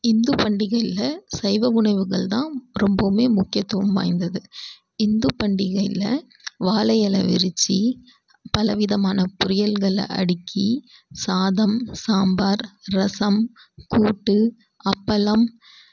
இந்து பண்டிகையில் சைவ உணவுகள் தான் ரொம்பவுமே முக்கியத்துவம் வாய்ந்தது இந்து பண்டிகையில் வாழை இலை விரித்து பல விதமான பொறியல்களை அடிக்கி சாதம் சாம்பார் ரசம் கூட்டு அப்பளம்